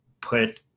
put